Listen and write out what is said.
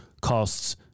costs